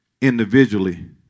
individually